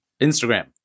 Instagram